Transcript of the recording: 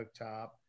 cooktop